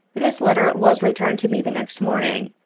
this letter was returned to me the next morning,